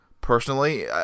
personally